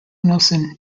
nilsen